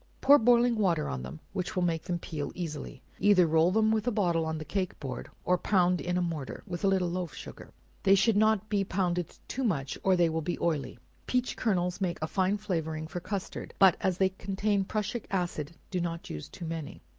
pour boiling water on them, which will make them peel easily either roll them with a bottle on the cake board or pound in a mortar, with a little loaf-sugar they should not be pounded too much or they will be oily peach kernels make a fine flavoring for custard, but as they contain prussic acid, do not use too many.